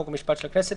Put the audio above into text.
חוק ומשפט של הכנסת,